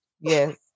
Yes